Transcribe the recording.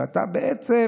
ואתה בעצם,